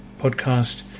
podcast